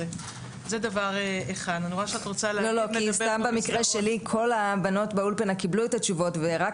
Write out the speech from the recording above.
במקרה שלי כל הבנות באולפנה קיבלו את התשובות ורק